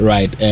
Right